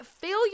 failure